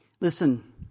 Listen